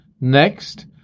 next